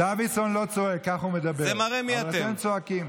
דוידסון לא צועק, כך הוא מדבר, אבל אתם צועקים.